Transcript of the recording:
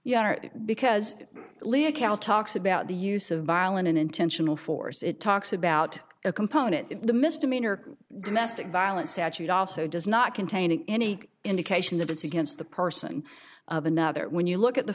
account talks about the use of violent and intentional force it talks about a component in the misdemeanor domestic violence statute also does not contain any indication that it's against the person of another when you look at the